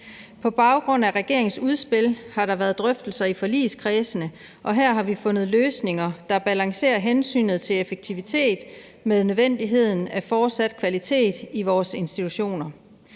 På baggrund af regeringens udspil har der været drøftelser i forligskredsene, og her har vi fundet løsninger, der balancerer hensynet til effektivitet med nødvendigheden af fortsat kvalitet i vores institutioner.